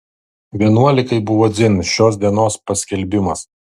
vienuolikai buvo dzin šios dienos paskelbimas